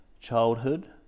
childhood